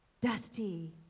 Dusty